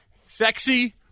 sexy